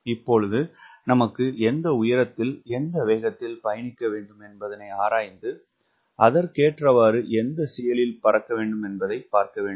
இப்பொழுது நமக்கு எந்த உயரத்தில் எந்த வேகத்தில் பயணிக்கவேண்டும் என்பதனை ஆராய்ந்து அதற்கேற்றவாறு எந்த CL ல் பறக்க வேண்டும் என்பதை பார்க்க வேண்டும்